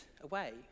away